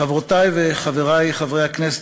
חברותי וחברי חברי הכנסת,